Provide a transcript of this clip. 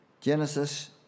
Genesis